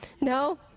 No